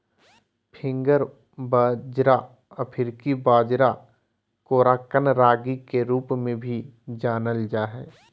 finger बाजरा अफ्रीकी बाजरा कोराकन रागी के रूप में भी जानल जा हइ